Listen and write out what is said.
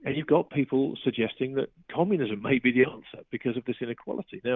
and you've got people suggesting that communism may be the answer, because of this inequality. yeah